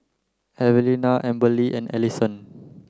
Evelina Amberly and Alison